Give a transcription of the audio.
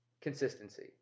consistency